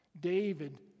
David